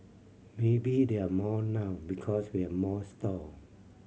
maybe there are more now because we are more stall